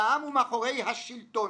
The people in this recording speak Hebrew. והעם הוא מאחורי השלטון,